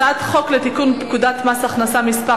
הצעת חוק לתיקון פקודת מס הכנסה (מס'